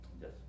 Yes